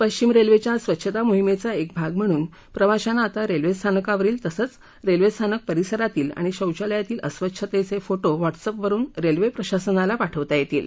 पश्विम रेल्वेच्या स्वच्छता मोहिमेचा एक भाग म्हणून प्रवाश्यांना आता रेल्वेस्थानकावरील तसंच रेल्वेस्थानक परिसरातील आणि शौचालयातील अस्वच्छतेचे फोटो व्हॉट्सअप वरुन रेल्वे प्रशासनाला पाठवता येतील